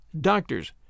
doctors